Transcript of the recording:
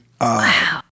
Wow